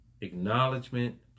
acknowledgement